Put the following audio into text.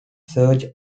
serge